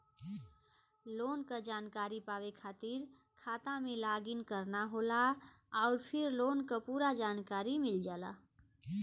loan क जानकारी पावे खातिर खाता में लॉग इन करना होला आउर फिर लोन क पूरा जानकारी मिल जाला